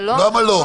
לא,